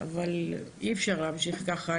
אבל אי אפשר להמשיך ככה.